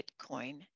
Bitcoin